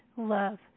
love